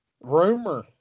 Rumor